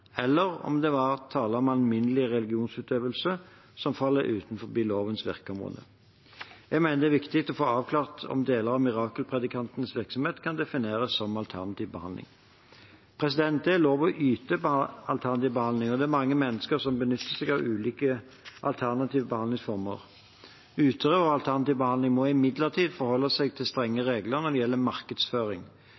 eller om det var tale om alminnelig religionsutøvelse som faller utenfor lovens virkeområde. Jeg mener det er viktig å få avklart om deler av mirakelpredikantenes virksomhet kan defineres som alternativ behandling. Det er lov å yte alternativ behandling, og det er mange mennesker som benytter seg av ulike alternative behandlingsformer. Utøvere av alternativ behandling må imidlertid forholde seg til strenge